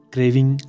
Craving